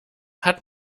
hat